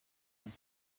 and